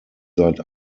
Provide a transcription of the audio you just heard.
seit